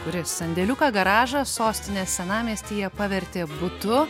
kuri sandėliuką garažą sostinės senamiestyje pavertė butu